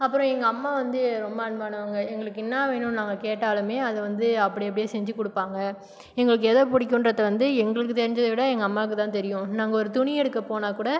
அப்புறம் எங்கள் அம்மா வந்து ரொம்ப அன்பானவங்க எங்களுக்கு என்ன வேணும் நாங்கள் கேட்டாலும் அதை வந்து அப்படி அப்படியே செஞ்சு கொடுப்பாங்க எங்களுக்கு எதை பிடிக்குன்றத வந்து எங்களுக்கு தெரிஞ்சதை விட எங்கள் அம்மாவுக்குத்தான் தெரியும் நாங்கள் ஒரு துணி எடுக்க போனால் கூட